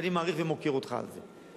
ואני מעריך ומוקיר אותך על זה.